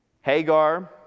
Hagar